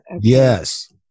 Yes